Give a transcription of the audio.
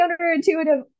counterintuitive